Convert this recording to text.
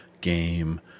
game